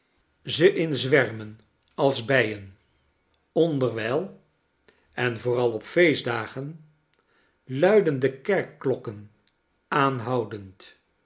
ze in zwermen als de bijen onderwyl en vooral op feestdagen luiden de kerkklokken aanhoudend